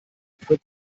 für